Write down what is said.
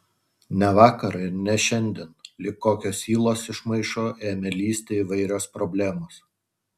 ne vakar ir ne šiandien lyg kokios ylos iš maišo ėmė lįsti įvairios problemos